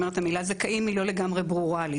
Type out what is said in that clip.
המילה זכאים היא לא לגמרי ברורה לי.